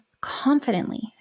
confidently